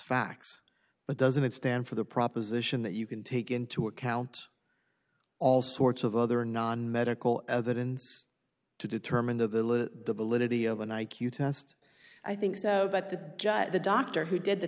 facts but doesn't stand for the proposition that you can take into account all sorts of other non medical evidence to determine the validity of an i q test i think so but the judge the doctor who did the